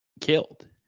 killed